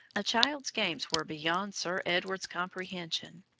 a child's games were beyond sir edward's comprehension.